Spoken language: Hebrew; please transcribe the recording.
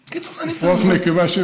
שום לולן לא ייקח אפרוח נקבה שמטילה,